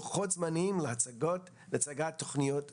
לוחות זמנים או מצגות להצגת תוכניות אלו.